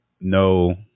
no